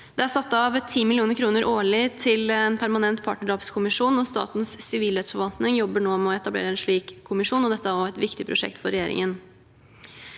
Det er satt av 10 mill. kr årlig til en permanent partnerdrapskommisjon, og Statens sivilrettsforvaltning jobber nå med å etablere en slik kommisjon. Dette er også et viktig prosjekt for regjeringen.